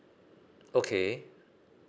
okay